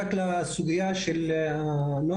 רק לגבי הסוגייה של הנוהל,